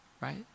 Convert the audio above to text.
right